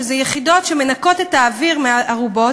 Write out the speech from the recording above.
כלומר יחידות שמנקות את האוויר מהארובות,